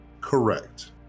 Correct